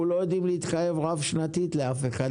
לא יודעים להתחייב רב-שנתית לאף אחד,